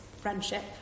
friendship